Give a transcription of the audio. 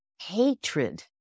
hatred